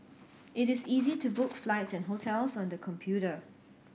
it is easy to book flights and hotels on the computer